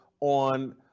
on